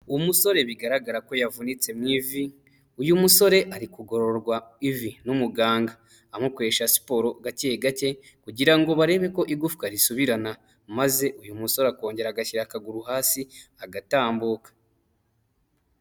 Umusore bigaragara ko yavunitse mu ivi, uyu musore ari kugororwa ivi n'umuganga amukoresha siporo gake gake kugirango barebe ko igufwa risubirana maze uyu musore akongera agashyira akaguru hasi agatambuka.